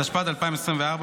התשפ"ד 2024,